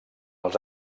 els